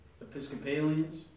Episcopalians